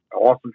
awesome